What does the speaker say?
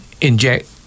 inject